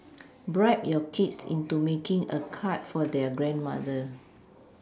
bribe your kids into making a card for their grandmother